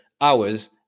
hours